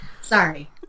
Sorry